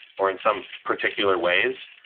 or in some particular ways,